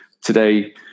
today